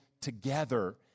together